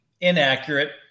inaccurate